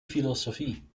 philosophie